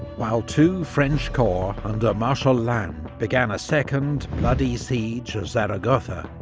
while two french corps under marshal lannes began a second, bloody siege of zaragoza,